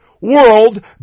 world